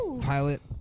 pilot